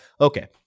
Okay